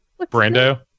Brando